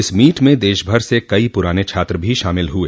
इस मीट में देशभर से कई पुराने छात्र भी शामिल हुए